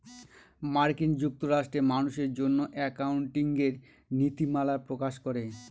মার্কিন যুক্তরাষ্ট্রে মানুষের জন্য একাউন্টিঙের নীতিমালা প্রকাশ করে